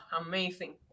amazing